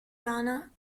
lana